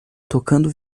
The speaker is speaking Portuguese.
tocando